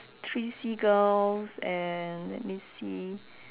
three seagulls and let me see